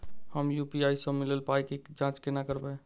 हम यु.पी.आई सअ मिलल पाई केँ जाँच केना करबै?